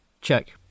check